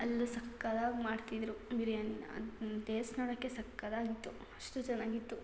ಅಲ್ಲೂ ಸಖತ್ತಾಗಿ ಮಾಡ್ತಿದ್ದರು ಬಿರ್ಯಾನಿನ ಅದು ಟೇಸ್ಟ್ ನೋಡೋಕ್ಕೆ ಸಖತ್ತಾಗಿತ್ತು ಅಷ್ಟು ಚೆನ್ನಾಗಿತ್ತು